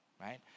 right